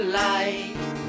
light